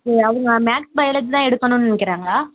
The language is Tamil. சரி அவங்க மேக்ஸ் பையாலஜி தான் எடுக்கணும்ன்னு நினைக்கிறாங்களா